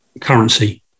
currency